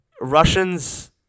Russians